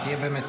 אתה תהיה במתח.